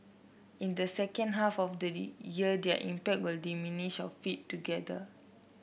in the second half of the year their impact will diminish or fade altogether